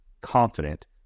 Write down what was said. confident